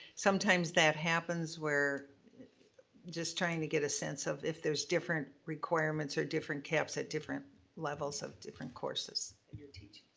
sometimes that happens where just trying to get a sense of if there's different requirements or different caps at different levels of different courses. and alex